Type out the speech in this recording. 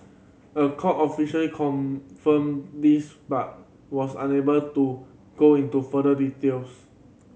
a court official confirmed this but was unable to go into further details